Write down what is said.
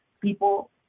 people